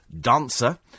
dancer